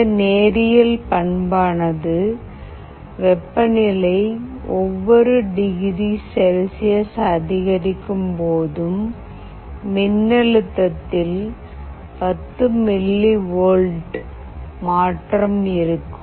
இந்த நேரியல் பண்பானது வெப்பநிலை ஒவ்வொரு டிகிரி செல்சியஸ் அதிகரிக்கும் போது மின் அழுத்தத்தில் 10 மில்லி வோல்ட் மாற்றம் இருக்கும்